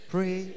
Pray